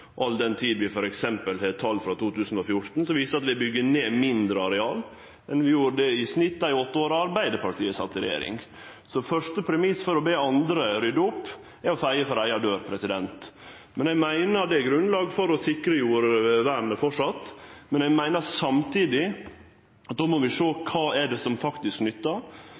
den tid vi f.eks. har tal frå 2014 som viser at vi byggjer ned mindre areal enn vi gjorde i snitt dei åtte åra Arbeidarpartiet sat i regjering. Så første premiss før ein ber andre rydde opp, er å feie for eiga dør. Eg meiner det framleis er grunnlag for å sikre jordvernet, men eg meiner samtidig at då må vi sjå på kva som faktisk nyttar,